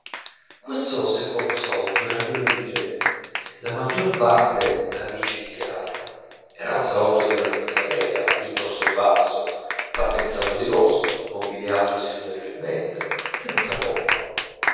questo secondo salotto era pieno di gente la maggior parte amici di casa era un salotto di grandezza media piuttosto basso tappezzato di rosso mobiliato signorilmente senza pompa